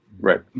Right